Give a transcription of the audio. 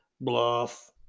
bluff